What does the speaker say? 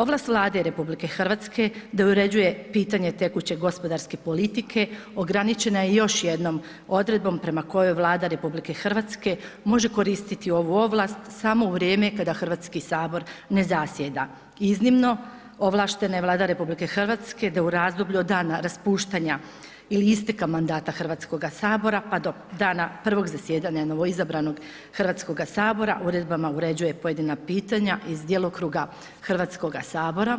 Ovlast Vlade RH da uređuje pitanje tekuće gospodarske politike ograničena je još jednom odredbom prema kojoj Vlada RH može koristiti ovu ovlast samo u vrijeme kada Hrvatski sabor ne zasjeda, iznimno ovlaštene Vlada RH da u razdoblju od dana raspuštanja ili isteka mandata Hrvatskoga sabora pa do dana prvog zasjedanja novoizabranog Hrvatskoga sabora uredbama uređuje pojedina pitanja iz djelokruga Hrvatskoga sabora